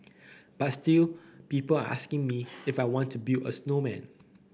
but still people are asking me if I want to build a snowman